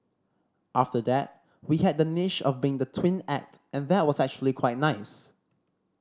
after that we had that niche of being the twin act and that was actually quite nice